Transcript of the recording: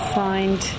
find